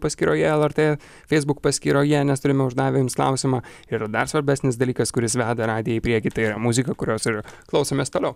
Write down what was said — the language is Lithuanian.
paskyroje lrt facebook paskyroje nes turime uždavę jums klausimą ir dar svarbesnis dalykas kuris veda radiją į priekį tai yra muzika kurios ir klausomės toliau